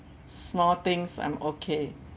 small things I'm okay